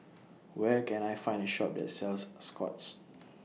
Where Can I Find A Shop that sells Scott's